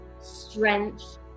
strength